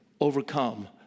overcome